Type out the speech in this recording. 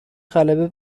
غلبه